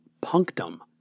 punctum